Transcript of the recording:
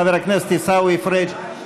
חבר הכנסת עיסאווי פריג' בתנאי,